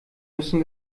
müssen